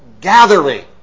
gathering